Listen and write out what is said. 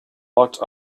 locked